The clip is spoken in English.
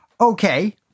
Okay